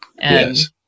Yes